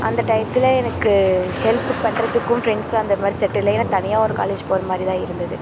அந்த டையத்தில் எனக்கு ஹெல்ப்பு பண்றதுக்கும் ஃப்ரெண்ட்ஸு அந்த மாதிரி செட்டு இல்லை ஏன்னால் தனியாக ஒரு காலேஜ் போகிற மாதிரி தான் இருந்தது